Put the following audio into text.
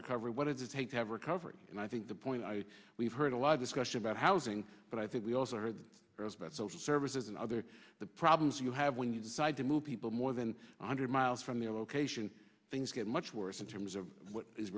recovery what does it take to have recovery and i think the point i we've heard a lot of discussion about housing but i think we also heard about social services and other the problems you have when you decide to move people more than one hundred miles from the location things get much worse in terms of what is